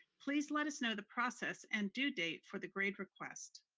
please let us know the process and due date for the grade request.